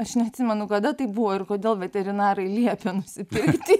aš neatsimenu kada tai buvo ir kodėl veterinarai liepė nusipirkti